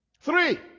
Three